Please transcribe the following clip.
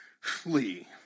Flee